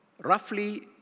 Roughly